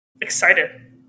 excited